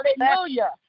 Hallelujah